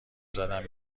زدن